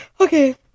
Okay